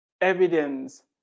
evidence